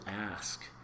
ask